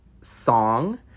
song